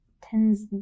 tens